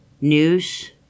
news